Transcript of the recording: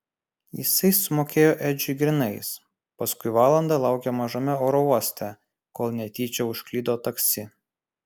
jisai sumokėjo edžiui grynais paskui valandą laukė mažame oro uoste kol netyčia užklydo taksi